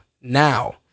now